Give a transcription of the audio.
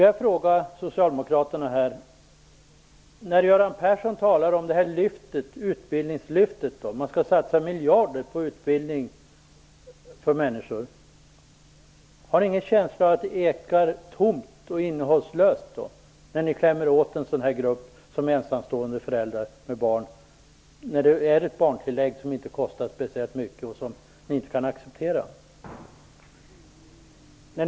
Jag frågar socialdemokraterna: När Göran Persson talar om utbildningslyftet, att man skall satsa miljarder på utbildning för människor, har ni ingen känsla av att det ekar tomt och innehållslöst när ni klämmer åt en sådan grupp som ensamstående med barn när barntillägget, som ni inte kan acceptera, inte kostar speciellt mycket?